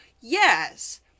yes